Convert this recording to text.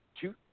two